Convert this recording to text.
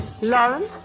Lawrence